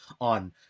on